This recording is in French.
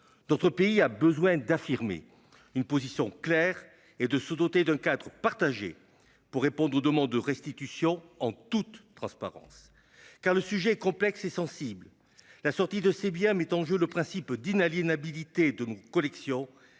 notre pays a besoin d'affirmer une position claire et de se doter d'un cadre partagé pour répondre aux demandes de restitution en toute transparence. Car le sujet est complexe et sensible. La sortie de ces biens met en jeu le principe d'inaliénabilité de nos collections